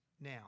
now